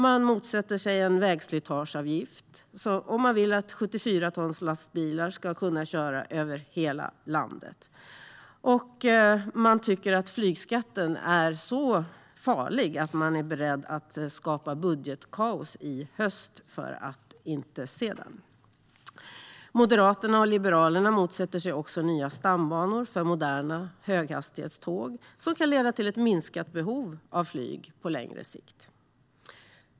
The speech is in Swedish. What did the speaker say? Man motsätter sig en vägslitageavgift, och man vill att 74-tonslastbilar ska kunna köra över hela landet. Man tycker att flygskatten är så farlig att man är beredd att skapa budgetkaos i höst för att inte se den. Moderaterna och Liberalerna motsätter sig också nya stambanor för moderna höghastighetståg som kan leda till ett minskat behov av flyg på längre sikt.